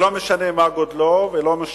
היא דבר מתחייב, ולא משנה מה גודלו, ולא משנה,